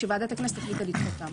שוועדת הכנסת החליטה לדחות את ההמלצה.